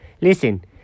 Listen